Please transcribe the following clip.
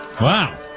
Wow